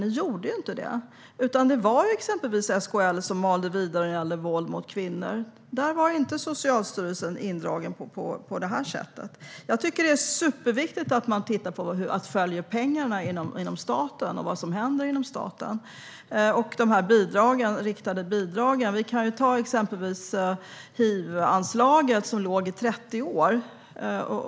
Ni gjorde inte det, utan det var exempelvis SKL som malde vidare när det gällde våld mot kvinnor. Där var inte Socialstyrelsen indragen på det här sättet. Jag tycker att det är superviktigt att man följer pengarna inom staten, vad som händer inom staten och de riktade bidragen. Vi kan ju ta exempelvis hivanslaget som låg i 30 år.